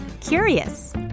curious